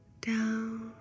down